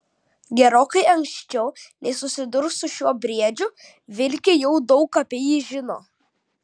gerokai anksčiau nei susidurs su šiuo briedžiu vilkė jau daug apie jį žino